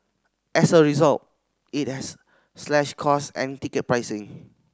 as a result it has slashed cost and ticket pricing